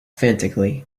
frantically